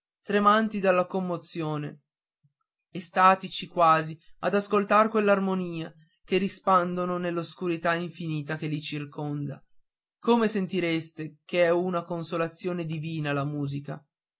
tremanti dalla commozione estatici quasi ad ascoltar quell'armonia che rispandono nell'oscurità infinita che li circonda come sentireste che è una consolazione divina la musica